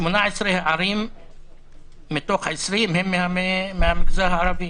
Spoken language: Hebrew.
18 ערים מתוך 20 הן מהמגזר הערבי,